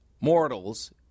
mortals